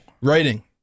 Writing